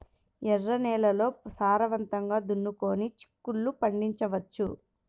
ఎర్ర నేలల్లో సారవంతంగా దున్నుకొని చిక్కుళ్ళు పండించవచ్చు